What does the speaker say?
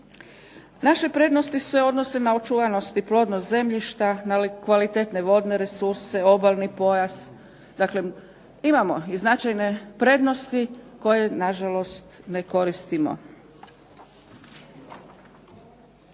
Naše prednosti se odnose na očuvanost i plodnost zemljišta, na kvalitetne vodne resurse, obalni pojas. Dakle, imamo i značajne prednosti koje nažalost ne koristimo.